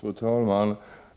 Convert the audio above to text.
Fru talman!